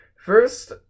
First